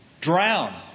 drown